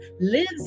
lives